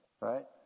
Right